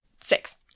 six